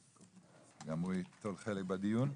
גם הוא ייטול חלק בדיון.